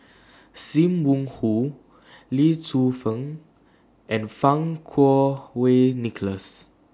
SIM Wong Hoo Lee Tzu Pheng and Fang Kuo Wei Nicholas